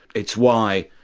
it's why,